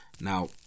Now